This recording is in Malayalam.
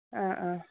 ആ ആ